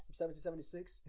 1776